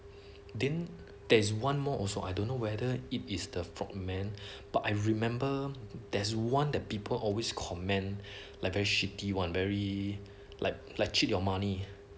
then there is one more also I don't know whether it is the frog men but I remember there's one that people always comment like very shitty one very like cheat your money